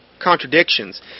contradictions